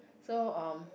so um